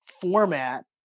format